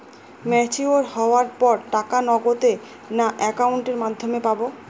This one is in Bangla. ম্যচিওর হওয়ার পর টাকা নগদে না অ্যাকাউন্টের মাধ্যমে পাবো?